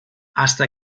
hasta